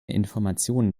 informationen